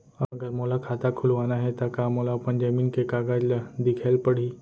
अगर मोला खाता खुलवाना हे त का मोला अपन जमीन के कागज ला दिखएल पढही?